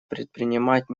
предпринимать